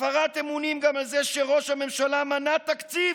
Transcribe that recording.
הפרת אמונים גם על זה שראש הממשלה מנע תקציב,